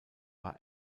war